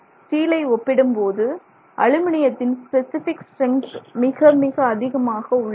ஸ்டீலை ஒப்பிடும்போது அலுமினியத்தின் specific strength மிக மிக அதிகமாக உள்ளது